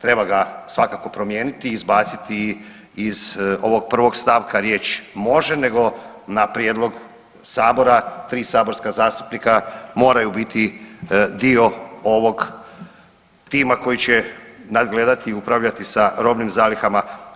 treba ga svakako promijeniti i izbaciti iz ovog prvog stavka riječ „može“, nego na prijedlog sabora, tri saborska zastupnika moraju biti ovog tima koji će nadgledati i upravljati sa robnim zalihama.